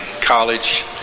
college